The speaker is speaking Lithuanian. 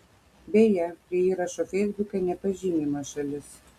beje prie įrašų feisbuke nepažymima šalis